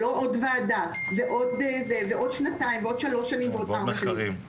לא עוד ועדה ועוד זה ועוד שנתיים ועוד שלוש שנים ועוד ארבע שנים,